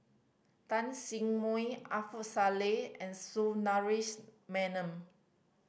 Tan Sin Salleh and Sundaresh Menon